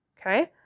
Okay